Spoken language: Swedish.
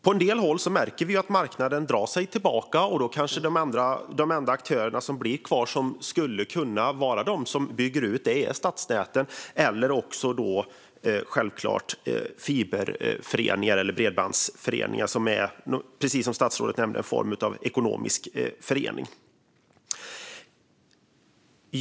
På en del håll märker vi att marknaden drar sig tillbaka, och då kanske de enda aktörer som blir kvar och som skulle kunna bygga ut är stadsnäten eller självklart fiberföreningar eller bredbandsföreningar som är, precis som statsrådet nämnde, en form av ekonomiska föreningar.